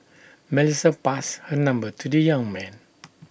Melissa passed her number to the young man